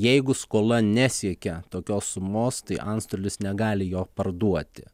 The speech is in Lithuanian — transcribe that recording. jeigu skola nesiekia tokios sumos tai antstolis negali jo parduoti